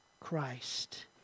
Christ